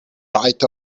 right